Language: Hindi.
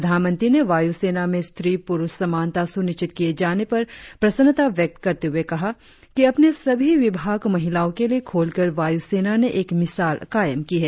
प्रधानमंत्री ने वायु सेना में स्त्री पूरुष समानता सुनिश्चित किये जाने पर प्रसन्नता व्यक्त करते हुए कहा कि अपने सभी विभाग महिलाओं के लिए खोल कर वायु सेना ने एक मिसाल कायम की है